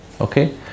Okay